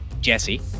Jesse